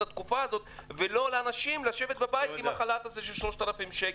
התקופה ולא לתת לאנשים לשבת בבית עם החל"ת של 3,000 שקלים.